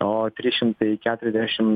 o trys šimtai keturiasdešim